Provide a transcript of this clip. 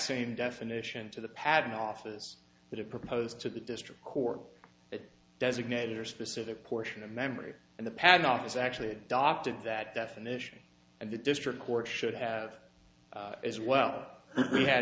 same definition to the patent office that it proposed to the district court designator specific portion of memory and the patent office actually adopted that definition and the district court should have as well we had